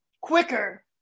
quicker